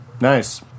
Nice